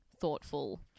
thoughtful